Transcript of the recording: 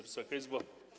Wysoka Izbo!